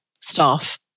staff